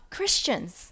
Christians